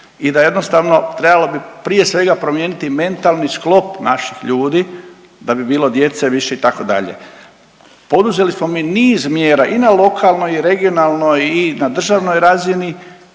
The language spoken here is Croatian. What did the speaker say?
i da jednostavno trebalo bi prije svega promijeniti mentalni sklop naših ljudi da bi bilo djece više itd.. Poduzeli smo mi niz mjera i na lokalnoj i regionalnoj i na državnoj razini